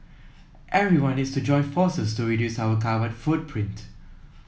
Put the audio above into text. everyone needs to join forces to reduce our carbon footprint